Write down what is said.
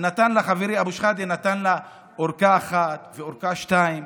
חברי אבו שחאדה, נתן לה ארכה אחת וארכה שנייה